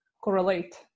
correlate